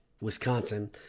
Wisconsin